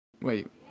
Wait